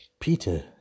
Peter